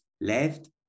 left